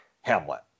Hamlet